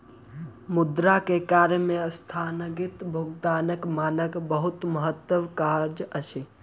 मुद्रा के कार्य में अस्थगित भुगतानक मानक बहुत महत्वक काज अछि